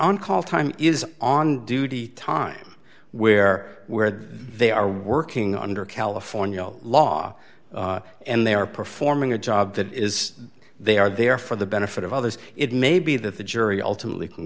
on call time is on duty time where where they are working under california law and they are performing a job that is they are there for the benefit of others it may be that the jury ultimately